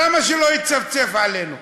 למה שלא יצפצף עלינו?